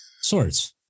Swords